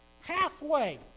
halfway